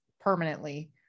permanently